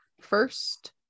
first